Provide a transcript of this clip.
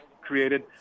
created